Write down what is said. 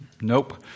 nope